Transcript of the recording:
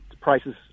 prices